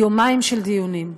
ליומיים של דיונים.